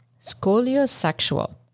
scoliosexual